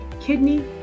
kidney